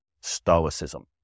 stoicism